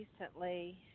recently